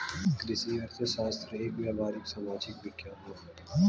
कृषि अर्थशास्त्र एक व्यावहारिक सामाजिक विज्ञान हौ